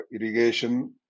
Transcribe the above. irrigation